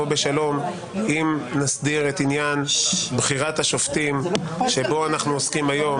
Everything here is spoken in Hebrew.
בשלום אם נסדיר את עניין בחירת השופטים שבו אנחנו עוסקים היום.